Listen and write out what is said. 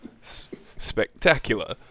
spectacular